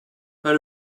pas